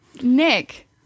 Nick